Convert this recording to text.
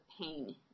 pain